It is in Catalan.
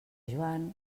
joan